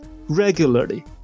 regularly